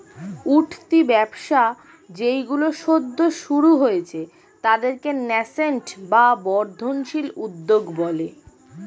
উঠতি ব্যবসা যেইগুলো সদ্য শুরু হয়েছে তাদেরকে ন্যাসেন্ট বা বর্ধনশীল উদ্যোগ বলে